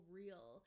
real